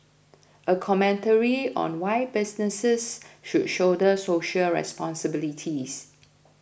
a commentary on why businesses should shoulder social responsibilities